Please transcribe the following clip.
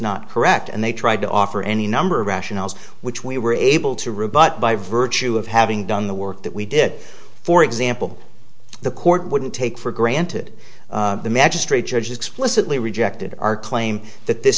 not correct and they tried to offer any number of rationales which we were able to rebut by virtue of having done the work that we did for example the court wouldn't take for granted the magistrate judge explicitly rejected our claim that this